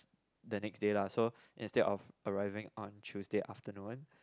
the next day lah so instead arriving on Tuesday afternoon